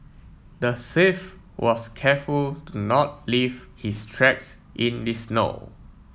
the thief was careful to not leave his tracks in the snow